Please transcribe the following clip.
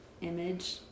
image